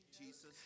Jesus